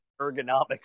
ergonomics